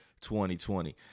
2020